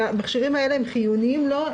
והמכשירים האלה הם חיוניים לו,